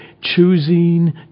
choosing